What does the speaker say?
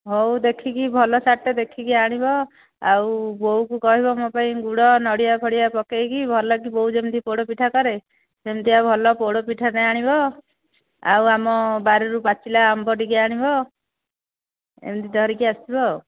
ହଉ ଦେଖିକି ଭଲ ଶାଢ଼ୀଟେ ଦେଖିକି ଆଣିବ ଆଉ ବୋଉକୁ କହିବ ମୋ ପାଇଁ ଗୁଡ଼ ନଡ଼ିଆ ଫଡ଼ିଆ ପକେଇକି ଭଲକି ବୋଉ ଯେମିତି ପୋଡ଼ ପିଠା କରେ ସେମିତିଆ ଭଲ ପୋଡ଼ ପିଠାଟେ ଆଣିବ ଆଉ ଆମ ବାଡ଼ିରୁ ପାଚିଲା ଆମ୍ବ ଟିକିଏ ଆଣିବ ଏମିତି ଧରିକି ଆସିଥିବ ଆଉ